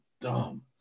dumb